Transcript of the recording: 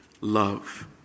love